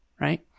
Right